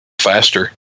faster